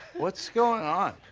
what's going on?